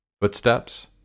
Footsteps